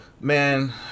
Man